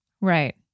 Right